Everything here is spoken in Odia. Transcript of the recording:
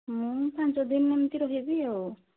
ମୁଁ ପାଞ୍ଚ ଦିନ ଏମିତି ରହିବି ଆଉ